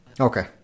Okay